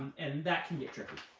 and that can get tricky.